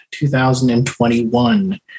2021